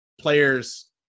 players